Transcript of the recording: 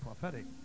prophetic